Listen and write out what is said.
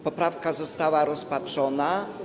Poprawka została rozpatrzona.